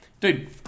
Dude